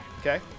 Okay